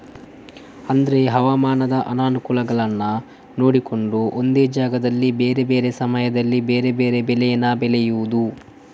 ಅಂದ್ರೆ ಹವಾಮಾನದ ಅನುಕೂಲಗಳನ್ನ ನೋಡಿಕೊಂಡು ಒಂದೇ ಜಾಗದಲ್ಲಿ ಬೇರೆ ಬೇರೆ ಸಮಯದಲ್ಲಿ ಬೇರೆ ಬೇರೆ ಬೆಳೇನ ಬೆಳೆಯುದು